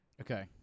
Okay